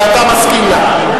ואתה מסכים לה.